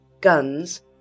guns